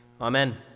Amen